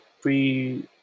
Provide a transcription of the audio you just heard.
free